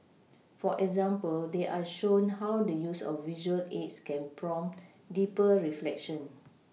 for example they are shown how the use of visual aids can prompt deeper reflection